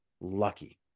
lucky